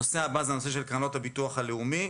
הנושא הבא הוא קרנות הביטוח הלאומי.